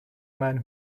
man